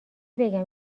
بگم